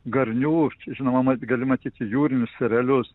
garnių čia žinoma galima tik jūrinius erelius